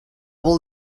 vol